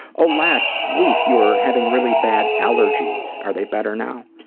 oh, last week, you were having really bad allergies. are they better now?